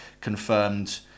confirmed